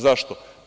Zašto?